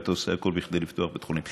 ואתה עושה הכול כדי לפתוח בית חולים.